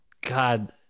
god